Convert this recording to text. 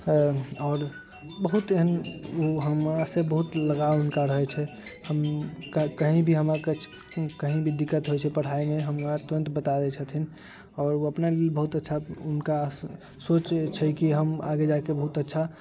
आओर आओर बहुत एहन उ हमरासँ बहुत लगाव हुनका रहै छै हम कही भी हम अहाँके कहीं भी दिक्कत होइ छै पढ़ाइमे हमरा तुरन्त बता दै छथिन आओर उ अपना भी बहुत अच्छा हुनका सोच छै की हम आगे जाके बहुत अच्छा